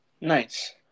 Nice